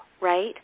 right